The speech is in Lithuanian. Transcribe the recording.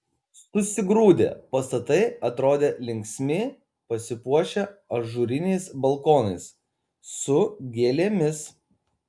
susigrūdę pastatai atrodė linksmi pasipuošę ažūriniais balkonais su gėlėmis